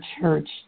church